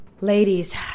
Ladies